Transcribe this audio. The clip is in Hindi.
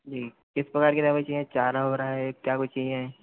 जी किस प्रकार की दवाई चाहिए चारा वग़ैरह है एक चाहिए